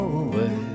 away